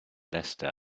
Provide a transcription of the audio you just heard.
leicester